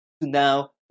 now